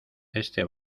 este